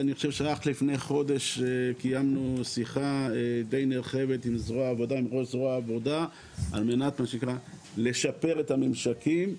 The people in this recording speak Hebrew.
לפני חודש שיחה די נרחבת עם ראש זרוע העבודה על מנת לשפר את הממשקים,